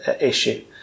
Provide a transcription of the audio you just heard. issue